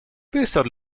peseurt